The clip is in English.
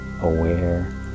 aware